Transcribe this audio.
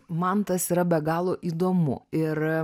man tas yra be galo įdomu ir